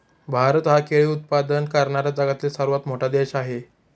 भारत हा केळी उत्पादन करणारा जगातील सर्वात मोठा देश आहे